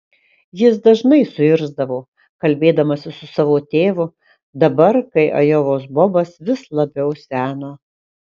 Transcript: jis dažnai suirzdavo kalbėdamasis su savo tėvu dabar kai ajovos bobas vis labiau seno